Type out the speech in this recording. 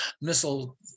missile